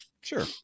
Sure